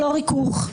ריכוך,